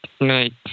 night